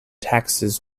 taxes